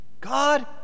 God